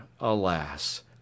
alas